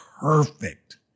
perfect